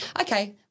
okay